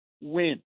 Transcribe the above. win